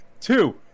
two